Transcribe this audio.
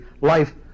life